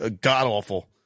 god-awful